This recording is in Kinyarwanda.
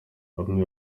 bamwe